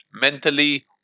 mentally